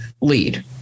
lead